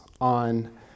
on